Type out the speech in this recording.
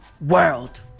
world